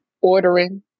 Ordering